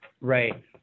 Right